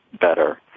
better